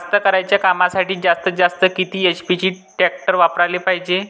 कास्तकारीच्या कामासाठी जास्तीत जास्त किती एच.पी टॅक्टर वापराले पायजे?